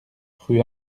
rue